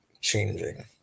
changing